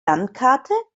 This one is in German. landkarte